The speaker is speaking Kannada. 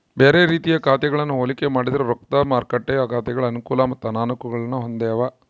ಬ್ಯಾರೆ ರೀತಿಯ ಖಾತೆಗಳನ್ನ ಹೋಲಿಕೆ ಮಾಡಿದ್ರ ರೊಕ್ದ ಮಾರುಕಟ್ಟೆ ಖಾತೆಗಳು ಅನುಕೂಲ ಮತ್ತೆ ಅನಾನುಕೂಲಗುಳ್ನ ಹೊಂದಿವ